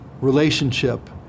relationship